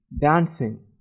dancing